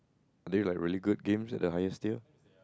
are they like very good games the highest tier